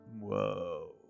Whoa